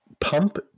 Pump